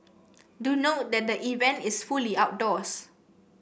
do note that the event is fully outdoors